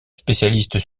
spécialistes